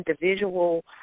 individual